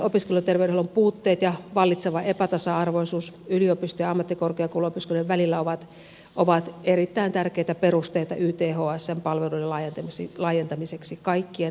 ammattikorkeakouluopiskelijoiden opiskelijaterveydenhuollon puutteet ja vallitseva epätasa arvoisuus yliopisto ja ammattikorkeakouluopiskelijoiden välillä ovat erittäin tärkeitä perusteita ythsn palveluiden laajentamiseksi kaikkien ammattikorkeakouluopiskelijoiden käyttöön